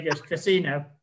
casino